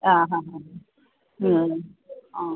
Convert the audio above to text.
അ ഹാ ഹാ മ്മ് അ